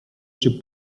czy